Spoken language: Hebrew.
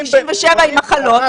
97 עם מחלות,